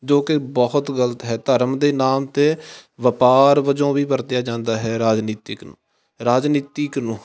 ਜੋ ਕਿ ਬਹੁਤ ਗਲਤ ਹੈ ਧਰਮ ਦੇ ਨਾਮ 'ਤੇ ਵਪਾਰ ਵਜੋਂ ਵੀ ਵਰਤਿਆ ਜਾਂਦਾ ਹੈ ਰਾਜਨੀਤਿਕ ਨੂੰ ਰਾਜਨੀਤੀਕ ਨੂੰ